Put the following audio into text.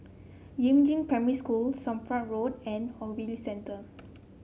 Yumin Primary School Somapah Road and Ogilvy Center